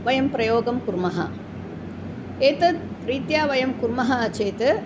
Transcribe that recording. वयं प्रयोगं कुर्मः एतद्रीत्या वयं कुर्मः चेत्